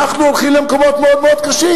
אנחנו הולכים למקומות מאוד קשים.